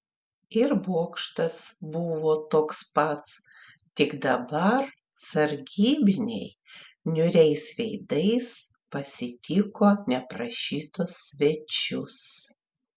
ir bokštas buvo toks pats tik dabar sargybiniai niūriais veidais pasitiko neprašytus svečius